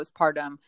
postpartum